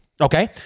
Okay